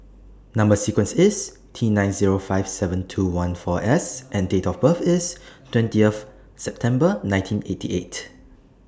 Number sequence IS T nine Zero five seven two one four S and Date of birth IS twentieth September nineteen eighty eight